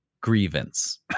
grievance